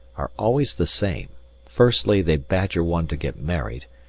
are always the same firstly, they badger one to get married,